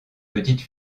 petite